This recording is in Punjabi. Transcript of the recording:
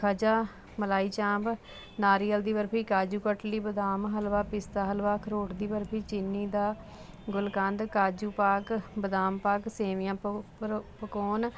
ਖਾਜਾ ਮਲਾਈ ਚਾਂਪ ਨਾਰੀਅਲ ਦੀ ਬਰਫੀ ਕਾਜੂ ਕਟਲੀ ਬਦਾਮ ਹਲਵਾ ਪਿਸਤਾ ਹਲਵਾ ਖਰੋੜ ਦੀ ਬਰਫੀ ਚੀਨੀ ਦਾ ਗੁਲਗੰਧ ਕਾਜੂ ਪਾਕ ਬਦਾਮ ਪਾਕ ਸੇਵੀਆਂ ਪਕੌਣ